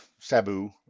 Sabu